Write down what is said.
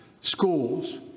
schools